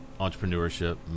entrepreneurship